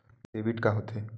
Debit का होथे?